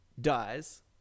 dies